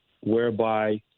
whereby